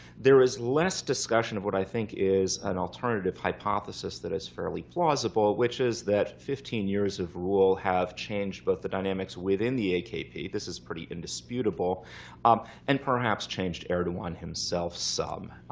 there is less discussion of what i think is an alternative hypothesis that is fairly plausible, which is that fifteen years of rule have changed both the dynamics within the akp this is pretty indisputable um and perhaps changed erdogan himself some.